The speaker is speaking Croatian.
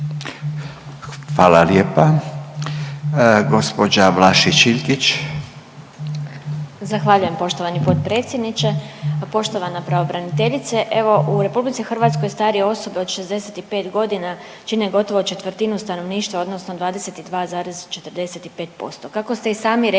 **Vlašić Iljkić, Martina (SDP)** Zahvaljujem poštovani potpredsjedniče. Poštovana pravobraniteljice. Evo u RH starije osobe od 65 godina čine gotovo četvrtinu stanovništva odnosno 22,45%, kako ste i sami rekli